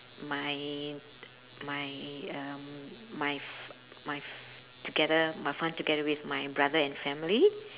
my my um my f~ my f~ together my fun together with my brother and family